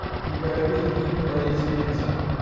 he read everything he could lay his hands on,